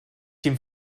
dem